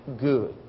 good